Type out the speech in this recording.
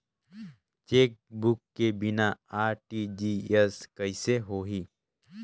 Chequebook के बिना RTGS कइसे होही?